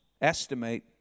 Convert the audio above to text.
estimate